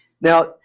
Now